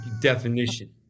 definition